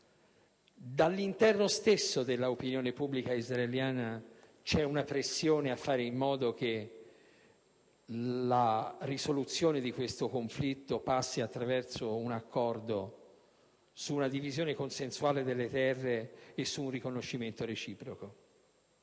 Dall'interno stesso dell'opinione pubblica israeliana vi è una pressione a fare in modo che la risoluzione di questo conflitto passi attraverso un accordo sulla divisione consensuale delle terre e sul riconoscimento reciproco.